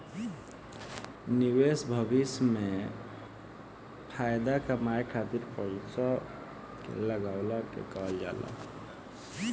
निवेश भविष्य में फाएदा कमाए खातिर पईसा के लगवला के कहल जाला